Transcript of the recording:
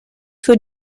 für